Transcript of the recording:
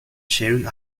sharing